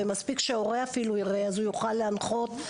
ומספיק שהורה ייחשף הוא גם יוכל להנחות את הנער.